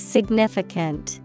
Significant